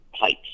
pipes